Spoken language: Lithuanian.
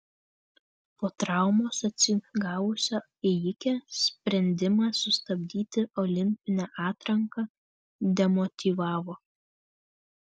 po traumos atsigavusią ėjikę sprendimas sustabdyti olimpinę atranką demotyvavo